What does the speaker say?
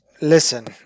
Listen